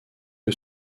que